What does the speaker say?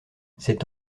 cet